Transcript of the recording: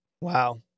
Wow